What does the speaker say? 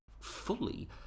fully